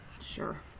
sure